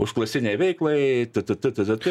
užklasinei veiklai t t t t t t